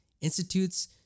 institutes